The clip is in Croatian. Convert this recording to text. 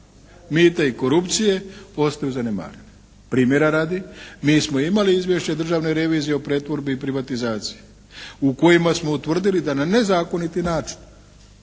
mita i korupcije ostaju zanemarene. Primjera radi mi smo imali izvješće Državne revizije o pretvorbi i privatizaciji u kojima smo utvrdili da na nezakoniti način